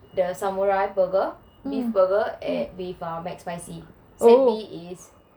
the samurai burger beef burger with uh McSpicy rings same thing is